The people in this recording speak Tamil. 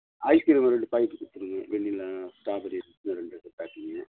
ஐஸ்கிரீமு ரெண்டு பாக்கெட் கொடுத்துருங்க வெண்ணிலா ஸ்டாபெரி ஐஸ்கிரீமு ரெண்டு ரெண்டு பேக்கிங்கு